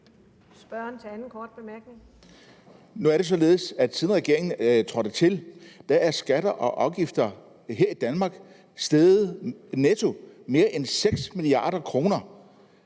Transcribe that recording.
Nu er det således, at siden regeringen trådte til, er skatter og afgifter her i Danmark steget med mere end 6 mia. kr.